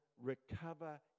recover